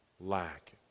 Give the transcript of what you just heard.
lack